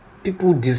People